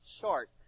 chart